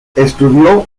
estudió